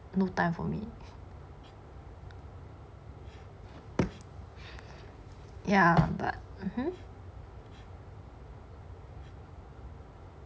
no time for me ya but (uh huh)